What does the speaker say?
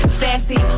sassy